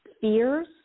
fears